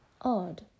Odd